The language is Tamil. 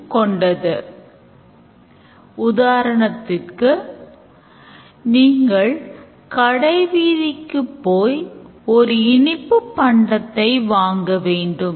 எல்லா use caseகளும் வினைச்சொற்களாக இருக்க வேண்டும் அதை எந்த வரிசையிலும் ஆவணப்படுத்த முடியும்